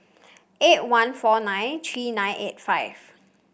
eight one four nine three nine eight five